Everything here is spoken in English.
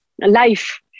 life